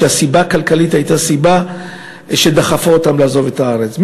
והוא שהסיבה הכלכלית הייתה סיבה שדחפה אותם לעזוב את הארץ.